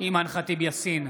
אימאן ח'טיב יאסין,